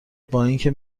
بااینکه